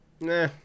Nah